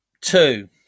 two